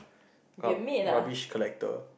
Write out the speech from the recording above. a rubbish collecter